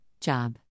Job